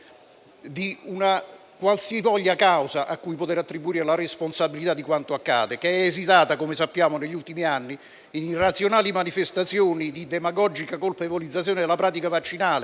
di una qualsivoglia causa cui poter attribuire la responsabilità di quanto accade, esitata in questi ultimi anni in irrazionali manifestazioni di demagogica colpevolizzazione della pratica vaccinale,